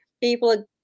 people